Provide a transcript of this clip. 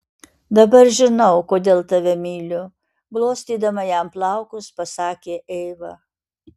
dabar žinau kodėl tave myliu glostydama jam plaukus pasakė eiva